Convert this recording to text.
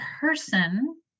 person